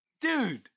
Dude